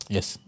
Yes